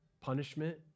punishment